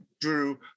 drew